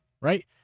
right